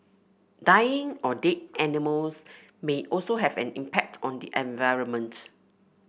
dying or dead animals may also have an impact on the environment